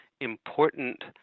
important